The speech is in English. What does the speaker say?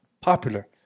popular